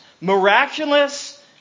miraculous